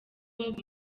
bob